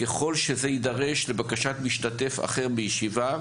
ככל שזה יידרש לבקשת משתתף אחר בישיבה,